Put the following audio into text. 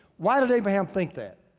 why did abraham think that?